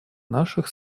наших